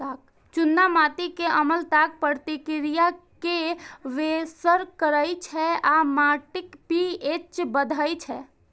चूना माटि मे अम्लताक प्रतिक्रिया कें बेअसर करै छै आ माटिक पी.एच बढ़बै छै